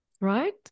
right